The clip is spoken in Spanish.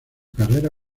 carrera